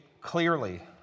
clearly